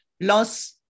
loss